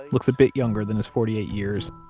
looks a bit younger than his forty eight years,